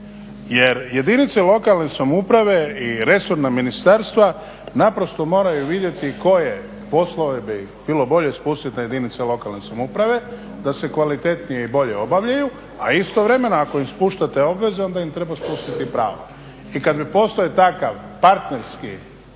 jer jedinice lokalne samouprave i resorna ministarstva naprosto moraju vidjeti koje poslove bi bilo bolje spustiti na jedinice lokalne samouprave da se kvalitetnije i bolje obavljaju a istovremeno ako im spuštate obveze onda im treba spustiti i pravo, i kad bi postojao takav parterski